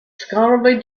scholarly